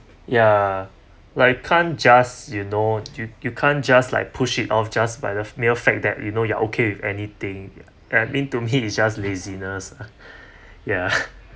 ya like can't just you know you you can't just like push it off just by the mere fact that you know you are okay with anything ya it mean to me is just laziness ugh yeah